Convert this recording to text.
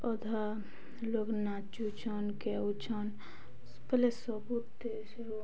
ଅଧା ଲୋକ୍ ନାଚୁଛନ୍ କେଉଛନ୍ ବଲେ ସବୁ